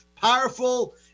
powerful